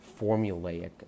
formulaic